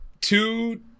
two